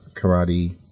karate